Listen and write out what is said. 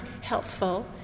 helpful